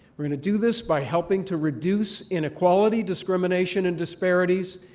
we're going to do this by helping to reduce inequality, discrimination, and disparities,